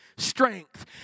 strength